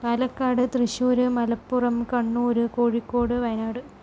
Palakkad Thrissur Malappuram Kannur Kozhikode Wayanad